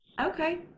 Okay